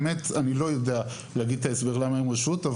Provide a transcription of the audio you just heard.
האמת היא שאני לא יודע לומר את ההסבר למה הן רשות.